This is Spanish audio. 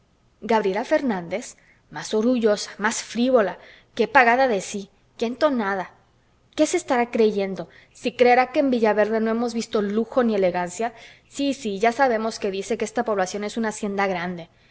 gabriela fernández más orgullosa más frívola qué pagada de sí qué entonada qué se estará creyendo si creerá que en villaverde no hemos visto lujo ni elegancia sí sí ya sabemos que dice que esta población es una hacienda grande